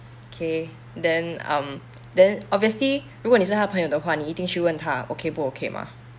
okay then um then obviously 如果你是她朋友的话你一定去问她 okay 不 okay 吗